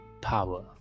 power